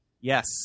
Yes